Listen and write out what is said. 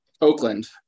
Oakland